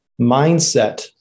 mindset